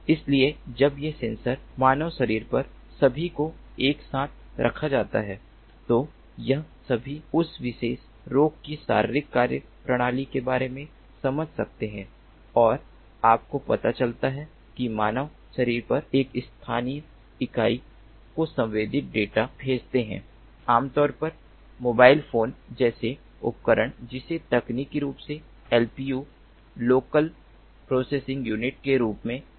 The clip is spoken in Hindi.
इसलिए जब ये सेंसर मानव शरीर पर सभी को एक साथ रखा जाता है तो वे सभी उस विशेष रोगी की शारीरिक कार्यप्रणाली के बारे में समझ सकते हैं और आपको पता चलता है कि मानव शरीर पर एक स्थानीय इकाई को संवेदित डेटा भेजते हैं आमतौर पर मोबाइल फोन जैसे उपकरण जिसे तकनीकी रूप से LPU लोकल प्रोसेसिंग यूनिट के रूप में जाना जाता है